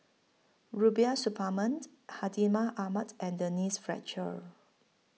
Rubiah Suparman Hartinah Ahmad and Denise Fletcher